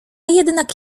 jednak